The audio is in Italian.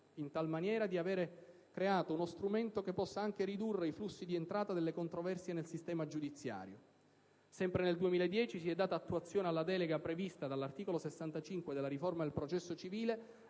in tal maniera di avere creato uno strumento che possa anche ridurre i flussi di entrata delle controversie nel sistema giudiziario. Sempre nel 2010, si è data attuazione alla delega prevista dall'articolo 65 della riforma del processo civile